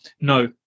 no